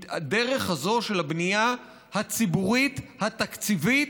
הדרך הזאת של הבנייה הציבורית התקציבית,